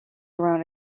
around